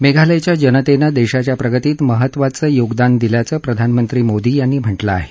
मेघालयच्या जनतेनं देशाच्या प्रगतीत महत्वपूर्ण योगदान दिल्याचं प्रधानमंत्री मोदी यांनी म्हाकें आहे